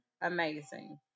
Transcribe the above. amazing